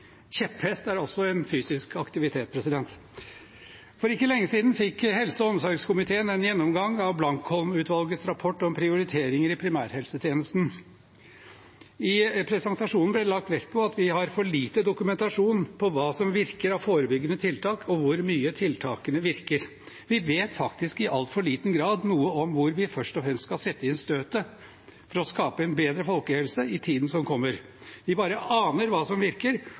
kjepphest er også en fysisk aktivitet. For ikke lenge siden fikk helse- og omsorgskomiteen en gjennomgang av Blankholm-utvalgets rapport om prioriteringer i primærhelsetjenesten. I presentasjonen ble det lagt vekt på at vi har for lite dokumentasjon på hva som virker av forebyggende tiltak, og hvor mye tiltakene virker. Vi vet faktisk i altfor liten grad noe om hvor vi først og fremst skal sette inn støtet for å skape en bedre folkehelse i tiden som kommer. Vi bare aner hva som virker,